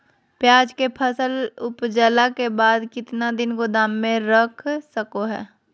प्याज के फसल उपजला के बाद कितना दिन गोदाम में रख सको हय?